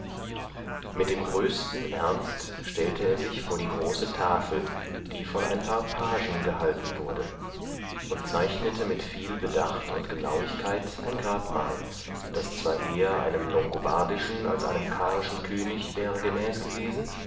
mit dem größten ernst stellte er sich vor die große tafel die von ein paar pagen gehalten wurde und zeichnete mit viel bedacht und genauigkeit ein grabmal das zwar eher einem longobardischen als einem karischen könig wäre gemäß gewesen